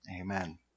Amen